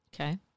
Okay